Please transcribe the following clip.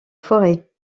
forêt